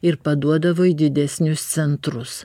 ir paduodavo į didesnius centrus